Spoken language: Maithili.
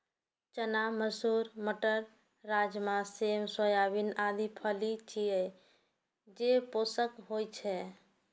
चना, मसूर, मटर, राजमा, सेम, सोयाबीन आदि फली छियै, जे पोषक होइ छै